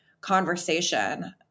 conversation